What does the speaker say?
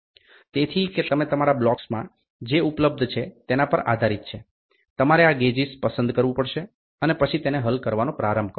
તેથી કે તમે તમારા બોક્સમાં જે ઉપલબ્ધ છે તેના પર આધારિત છે તમારે આ ગેજીસ પસંદ કરવું પડશે અને પછી તેને હલ કરવાનો પ્રારંભ કરો